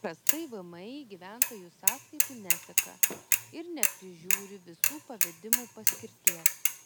paprastai vmi gyventojų sąskaitų neseka ir neprižiūri visų pavedimų paskirties